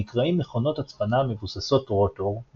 הנקראים מכונות הצפנה מבוססות רוטור,